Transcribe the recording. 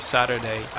Saturday